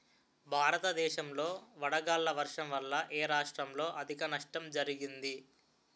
భారతదేశం లో వడగళ్ల వర్షం వల్ల ఎ రాష్ట్రంలో అధిక నష్టం జరిగింది?